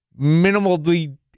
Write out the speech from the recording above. minimally